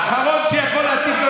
האחרון שיכול להטיף לנו